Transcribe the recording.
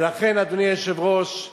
ולכן, אדוני היושב-ראש,